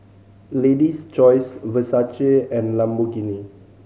Lady's Choice Versace and Lamborghini